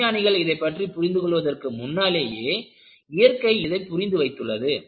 விஞ்ஞானிகள் இதைப் பற்றி புரிந்து கொள்வதற்கு முன்னாலேயே இயற்கை இதை புரிந்து வைத்துள்ளது